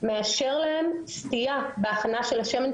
מאשר להם סטייה בהכנה של השמן,